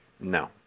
No